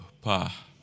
Pa